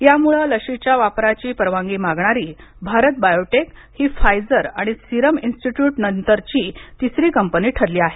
यामुळं लशीच्या वापराची परवानगी मागणारी भारत बायोटेक ही फायझर आणि सिरम इन्स्टिट्युट यांच्यानंतरची तिसरी कंपनी ठरली आहे